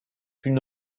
une